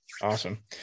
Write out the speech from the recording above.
Awesome